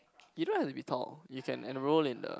you don't have to be tall you can enroll in a